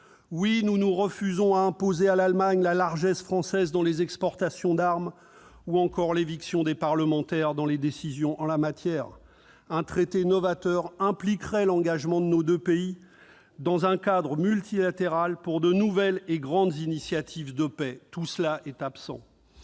Oui, nous refusons d'imposer à l'Allemagne les largesses françaises en matière d'exportations d'armes ou d'éviction des parlementaires des décisions prises en la matière ! Un traité novateur impliquerait l'engagement de nos deux pays dans un cadre multilatéral pour de nouvelles et grandes initiatives de paix. Tout cela est absent